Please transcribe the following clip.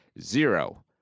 Zero